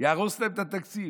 יהרוס להם את התקציב.